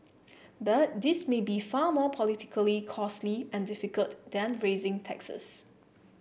but this may be far more politically costly and difficult than raising taxes